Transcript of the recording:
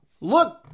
look